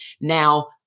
Now